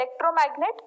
electromagnet